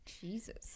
Jesus